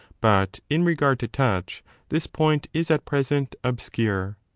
but in regard to touch this point is at present obscure.